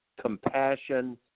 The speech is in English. compassion